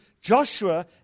Joshua